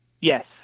Yes